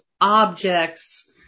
objects